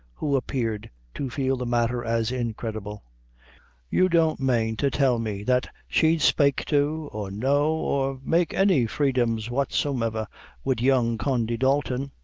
who appeared to feel the matter as incredible you don't mane to tell me that she'd spake to, or know, or make any freedoms whatsomever wid young condy dalton,